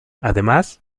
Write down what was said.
además